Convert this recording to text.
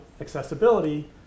accessibility